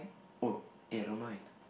oh eh I don't mind